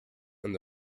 and